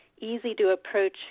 easy-to-approach